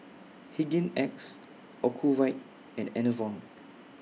Hygin X Ocuvite and Enervon